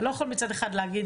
אתה לא יכול מצד אחד להגיד,